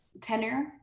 tenure